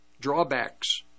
drawbacks